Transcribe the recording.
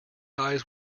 eyes